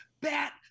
Bat